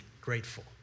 grateful